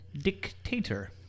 dictator